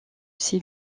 ses